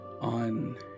on